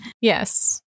Yes